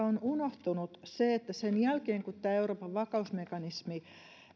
on unohtunut se että sen jälkeen kun tämä euroopan vakausmekanismi